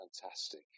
Fantastic